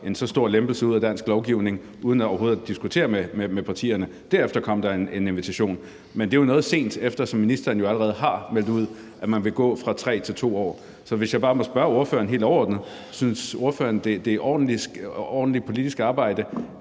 en så stor lempelse i dansk lovgivning ud uden overhovedet at diskutere med partierne. Derefter kom der en invitation. Men det er jo noget sent, eftersom ministeren allerede har meldt ud, at man vil gå fra 3 til 2 år. Så jeg vil bare spørge ordføreren helt overordnet, om ordføreren synes, det er ordentligt politisk arbejde